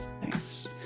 Thanks